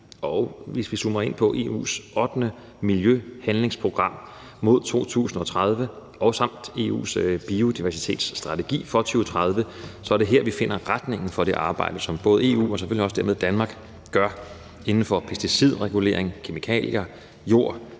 Og hvis vi zoomer ind på EU's ottende miljøhandlingsprogram mod 2030 og EU's biodiversitetsstrategi for 2030, er det her, vi finder retningen for det arbejde, som både EU og selvfølgelig dermed også Danmark gør inden for pesticidregulering, kemikalier, jord,